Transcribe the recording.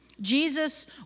Jesus